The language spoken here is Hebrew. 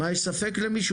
מה, יש ספק למישהו?